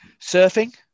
surfing